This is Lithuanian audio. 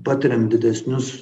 patiriam didesnius